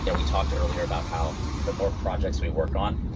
yeah we talked earlier about how the more projects we work on,